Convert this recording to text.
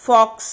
Fox